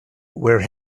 were